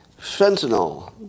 Fentanyl